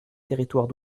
territoires